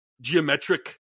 geometric